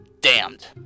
damned